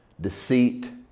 deceit